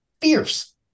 fierce